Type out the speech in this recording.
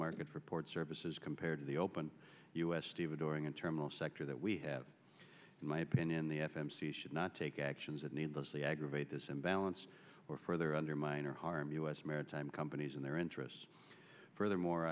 market for port services compared to the open u s stevedoring and terminal sector that we have in my opinion the f m c should not take actions that needlessly aggravate this imbalance or further undermine or harm u s maritime companies and their interests furthermore